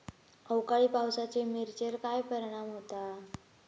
अवकाळी पावसाचे मिरचेर काय परिणाम होता?